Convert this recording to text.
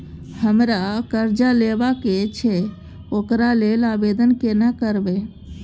हमरा कर्जा लेबा के छै ओकरा लेल आवेदन केना करबै?